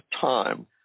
time